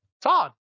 Todd